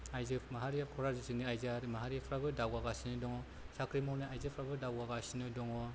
आइजो माहारिया क'क्राझारनि आइजो माहारिफ्राबो दावगागासिनो दङ साख्रि मावनाय आइजोफ्राबो दावगागासिनो दङ